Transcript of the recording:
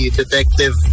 detective